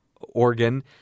organ